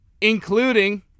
Including